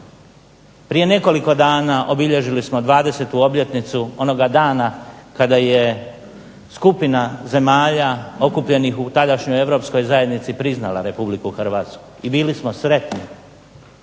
Prije nekoliko dana obilježili smo 20. obljetnicu onoga dana kada je skupina zemalja okupljenih u tadašnjoj Europskoj zajednici priznala RH. I bili smo sretni.